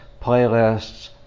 playlists